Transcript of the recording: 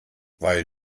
weil